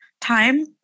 time